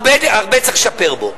הרבה צריך לשפר בו.